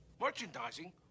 Merchandising